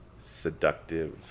seductive